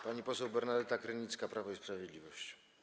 Pani poseł Bernadeta Krynicka, Prawo i Sprawiedliwość.